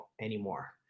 anymore